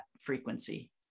frequency